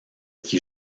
qui